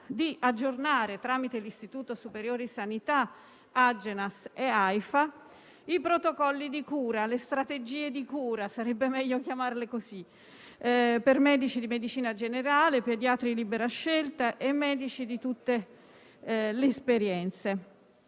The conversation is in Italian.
di aggiornare, tramite l'Istituto superiore di sanità, Agenas e AIFA, i protocolli di cura - o sarebbe meglio chiamarle strategie di cura - per medici di medicina generale, pediatri di libera scelta e medici di tutte le esperienze.